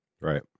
Right